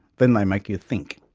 then they make you think.